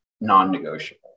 non-negotiable